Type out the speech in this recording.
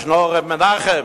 ישנו ר' מנחם,